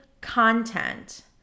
content